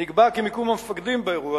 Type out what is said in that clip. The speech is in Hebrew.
נקבע כי מיקום המפקדים באירוע,